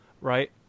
right